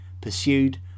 pursued